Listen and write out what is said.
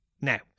Now